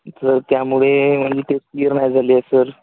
sir त्यामुळे म्हणजे ते क्लिअर नाही झाली आहे सर